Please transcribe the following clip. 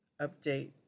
update